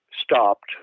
stopped